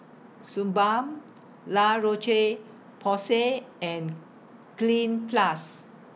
Suu Balm La Roche Porsay and Cleanz Plus